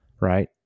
right